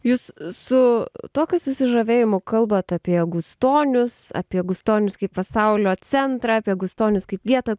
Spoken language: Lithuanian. jūs su tokiu susižavėjimu kalbat apie gustonius apie gustonius kaip pasaulio centrą apie gustonius kaip vietą